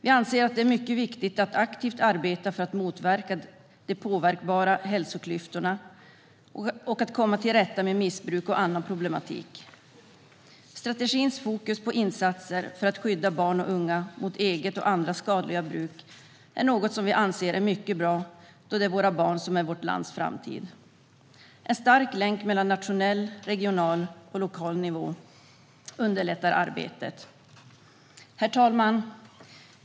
Vi anser att det är mycket viktigt att aktivt arbeta för att motverka de påverkbara hälsoklyftorna och att komma till rätta med missbruk och annan problematik. Strategins fokus på insatser för att skydda barn och unga mot eget och andras skadliga bruk är något som vi anser är mycket bra, då våra barn är vårt lands framtid. En stark länk mellan nationell, regional och lokal nivå underlättar arbetet. Herr talman!